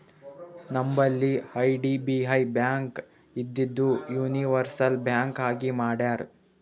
ನಂಬಲ್ಲಿ IDBI bank ಇದ್ದಿದು universal bank ಆಗಿ ಮಾಡ್ಯಾರ್